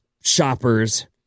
shoppers